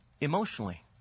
emotionally